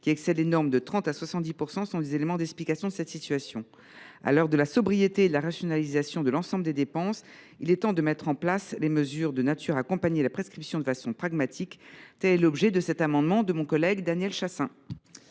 qui excèdent les normes de 30 % à 70 % sont autant d’éléments qui expliquent cette situation. À l’heure de la sobriété et de la rationalisation de l’ensemble des dépenses, il est temps de mettre en place des mesures de nature à accompagner la prescription de façon pragmatique. Tel est l’objet de cet amendement de mon collègue Daniel Chasseing.